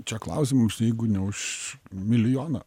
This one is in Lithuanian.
čia klausimus jeigu ne už milijoną